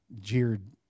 jeered